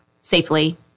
safely